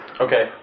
Okay